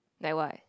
like what